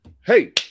Hey